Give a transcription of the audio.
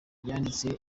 yanditse